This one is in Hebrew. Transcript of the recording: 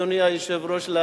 אדוני היושב-ראש,